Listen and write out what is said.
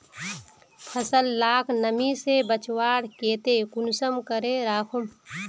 फसल लाक नमी से बचवार केते कुंसम करे राखुम?